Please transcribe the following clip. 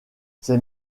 ces